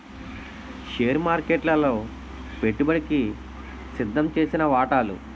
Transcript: share మార్కెట్లలో పెట్టుబడికి సిద్దంచేసిన వాటాలు